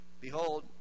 behold